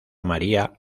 maría